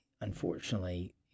unfortunately